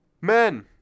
Men